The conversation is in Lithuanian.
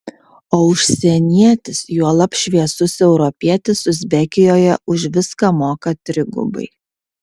o užsienietis juolab šviesus europietis uzbekijoje už viską moka trigubai